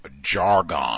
jargon